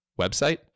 website